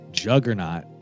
Juggernaut